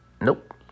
Nope